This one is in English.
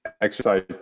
exercise